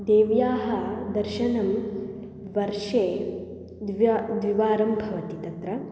देव्याः दर्शनं वर्षे द्वे द्विवारं भवति तत्र